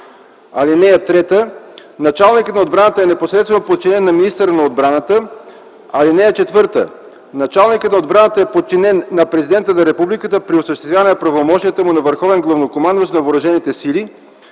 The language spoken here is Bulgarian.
години. (3) Началникът на отбраната е непосредствено подчинен на министъра на отбраната. (4) Началникът на отбраната е подчинен на Президента на Републиката при осъществяване на правомощията му на върховен